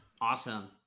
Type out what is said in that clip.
Awesome